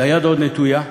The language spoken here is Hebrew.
והיד עוד נטויה,